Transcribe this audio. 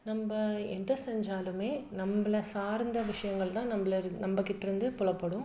நம்ம எதை செஞ்சாலும் நம்மள சார்ந்த விஷயங்கள் தான் நம்மள நம்மக்கிட்ட இருந்து புலப்படும்